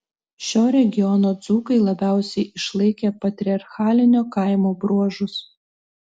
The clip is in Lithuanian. šio regiono dzūkai labiausiai išlaikę patriarchalinio kaimo bruožus